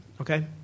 okay